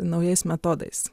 naujais metodais